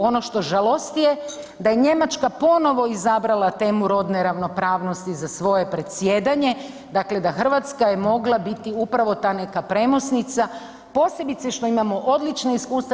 Ono što žalosti je da je Njemačka ponovno izabrala temu rodne ravnopravnosti za svoje predsjedanje, dakle da Hrvatska je mogla biti upravo ta neka premosnica posebice što imamo odlična iskustva.